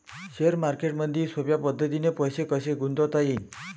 Share मार्केटमधी सोप्या पद्धतीने पैसे कसे गुंतवता येईन?